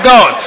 God